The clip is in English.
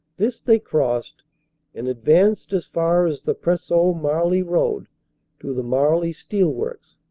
this they crossed and advanced as far as the preseau-marly road to the marly steelworks.